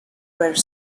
were